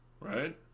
right